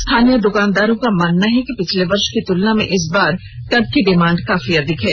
स्थानीय दुकानदारों का मानना है कि पिछले वर्ष की तुलना में इस बार टब की डिमांड काफी अधिक है